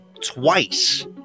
twice